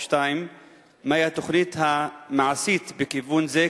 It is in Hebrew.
2. מה היא התוכנית המעשית בכיוון זה,